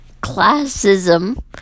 classism